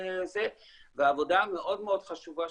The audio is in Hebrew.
והעבודה המאוד מאוד חשובה,